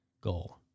goal